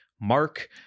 mark